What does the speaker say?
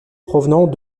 provenant